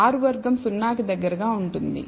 R వర్గం 0 కి దగ్గరగా ఉంటుంది